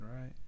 right